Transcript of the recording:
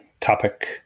topic